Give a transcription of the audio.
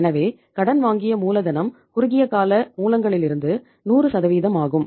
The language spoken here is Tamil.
எனவே கடன் வாங்கிய மூலதனம் குறுகிய கால மூலங்களிலிருந்து 100 ஆகும்